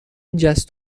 جست